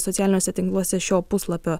socialiniuose tinkluose šio puslapio